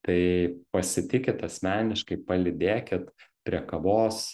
tai pasitikit asmeniškai palydėkit prie kavos